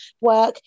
work